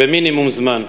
במינימום זמן.